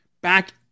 back